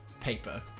paper